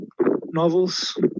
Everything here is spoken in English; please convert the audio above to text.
novels